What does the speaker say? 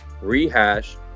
rehash